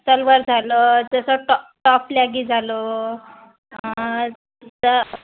सलवार झालं जसं टॉ टॉप लॅगी झालं